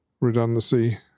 redundancy